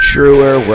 Truer